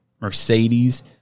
Mercedes